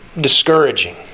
discouraging